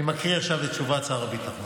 אני מקריא עכשיו את תשובת שר הביטחון: